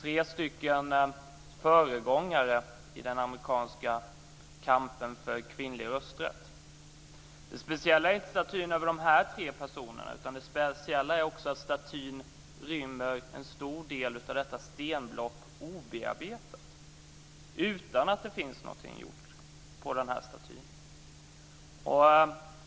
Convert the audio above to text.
De är tre föregångare i den amerikanska kampen för kvinnlig rösträtt. Det speciella är inte statyn över de här tre personerna, utan det speciella är att statyn rymmer en stor del av det obearbetade stenblocket. Där finns ingenting gjort.